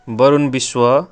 Varun Biswa